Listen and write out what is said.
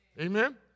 Amen